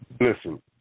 Listen